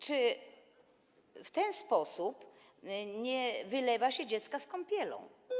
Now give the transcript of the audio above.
Czy w ten sposób nie wylewa się dziecka z kąpielą?